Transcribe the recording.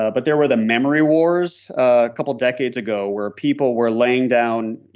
ah but there were the memory wars a couple decades ago where people were laying down.